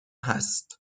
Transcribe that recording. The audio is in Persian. هست